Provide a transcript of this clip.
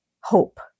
hope